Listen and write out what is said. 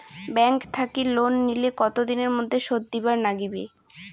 Bank থাকি loan নিলে কতো দিনের মধ্যে শোধ দিবার নাগিবে?